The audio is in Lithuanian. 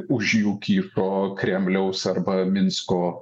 už jų kyšo kremliaus arba minsko